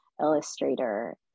Illustrator